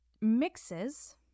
mixes